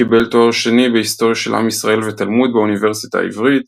קיבל תואר שני בהיסטוריה של עם ישראל ותלמוד מהאוניברסיטה העברית